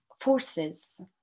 forces